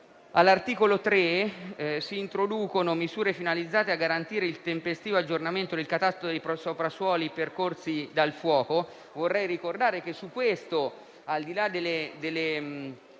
All'articolo 3 si introducono misure finalizzate a garantire il tempestivo aggiornamento del catasto dei soprassuoli percorsi dal fuoco. Vorrei ricordare che, al di là delle